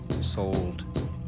sold